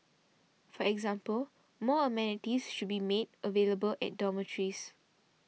for example more amenities should be made available at dormitories